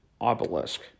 obelisk